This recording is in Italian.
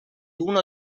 uno